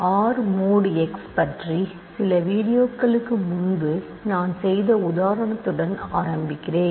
R mod X பற்றி சில வீடியோக்களுக்கு முன்பு நான் செய்த உதாரணத்துடன் ஆரம்பிக்கிறேன்